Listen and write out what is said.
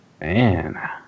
Man